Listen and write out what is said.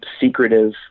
secretive